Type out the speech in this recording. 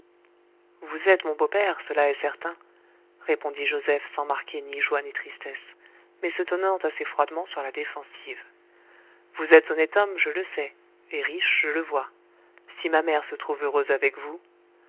vous êtes mon beau-père cela est certain répondit joseph sans marquer ni joie ni tristesse mais se tenant assez froidement sur la défensive vous êtes honnête homme je le sais et riche je le vois si ma mère se trouve heureuse avec vous